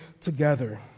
together